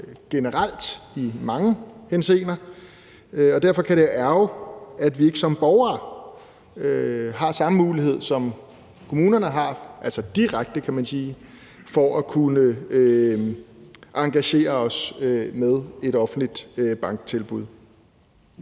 generelt i mange henseender, og derfor kan det ærgre, at vi ikke som borgere har samme mulighed, som kommunerne har – altså direkte, kan man sige – for at kunne engagere os via et offentligt banktilbud.